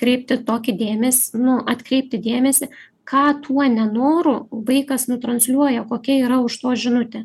kreipti tokį dėmesį nu atkreipti dėmesį ką tuo nenoru vaikas nu transliuoja kokia yra už to žinutė